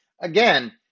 Again